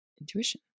intuition